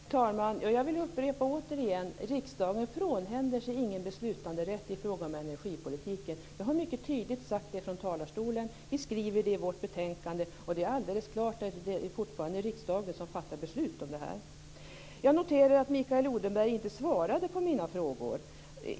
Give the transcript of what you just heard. Herr talman! Jag vill upprepa: Riksdagen frånhänder sig ingen beslutanderätt i energipolitiken. Jag har mycket tydligt sagt det från talarstolen. Vi skriver det i vårt betänkande. Det är alldeles klart att det fortfarande är riksdagen som fattar beslut om detta. Jag noterar att Mikael Odenberg inte svarade på mina frågor.